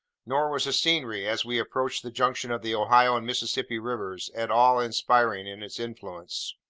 nor was the scenery, as we approached the junction of the ohio and mississippi rivers, at all inspiriting in its influence.